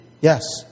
Yes